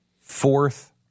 Fourth